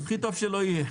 הכי טוב שלא יהיה.